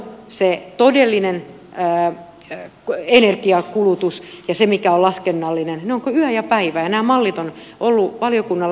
se todellinen energiankulutus ja se mikä on laskennallinen ne ovat kuin yö ja päivä ja nämä mallit ovat olleet valiokunnalla esittelyssä